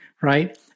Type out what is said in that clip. right